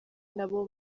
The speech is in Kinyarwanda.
nabo